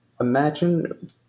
Imagine